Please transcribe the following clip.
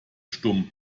stumm